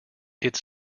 its